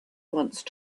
once